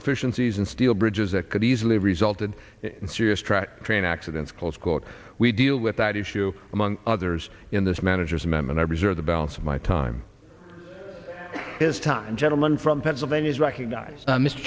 deficiencies in steel bridges that could easily resulted in serious track train accidents close quote we deal with that issue among others in this manager's amendment i reserve the balance of my time this time gentleman from pennsylvania is recognized mr